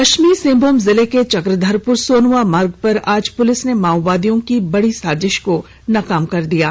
पश्चिमी सिंहभूम जिले के चक्रधरपुर सोनुआ मार्ग पर आज पुलिस ने माओवादियों की बड़ी साजिश को नाकाम कर दिया है